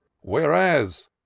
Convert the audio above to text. whereas